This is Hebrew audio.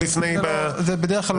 זה לא אפקטיבי.